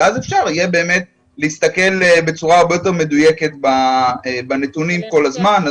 אז אפשר יהיה באמת להסתכל בצורה הרבה יותר מדויקת על הנתונים כל הזמן.